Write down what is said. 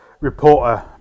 Reporter